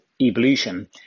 evolution